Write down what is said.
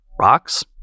rocks